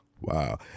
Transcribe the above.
Wow